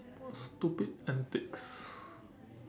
what stupid antics